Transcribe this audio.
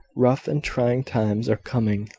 rough and trying times are coming,